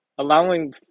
Allowing